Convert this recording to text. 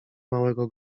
małego